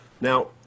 Now